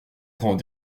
rangs